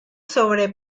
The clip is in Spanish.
sobre